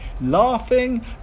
laughing